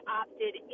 opted